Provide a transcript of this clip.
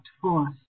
forth